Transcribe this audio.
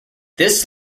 this